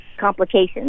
complications